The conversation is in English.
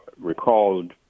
recalled